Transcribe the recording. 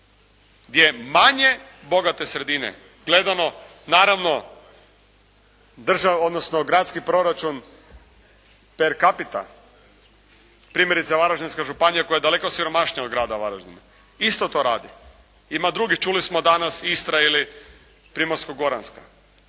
gdje manje bogate sredine gledano naravno državni odnosno gradski proračun "per capita". Primjerice, Varaždinska županija koja je daleko siromašnija od grada Varaždina isto to radi. Ima drugih, čuli smo danas Istra ili Primorsko-goranska.